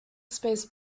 space